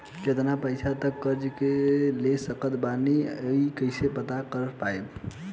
केतना पैसा तक कर्जा ले सकत बानी हम ई कइसे पता कर पाएम?